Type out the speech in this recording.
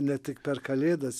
ne tik per kalėdas